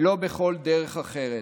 ולא בכל דרך אחרת".